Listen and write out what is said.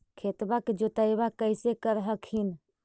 खेतबा के जोतय्बा कैसे कर हखिन?